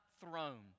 throne